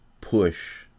push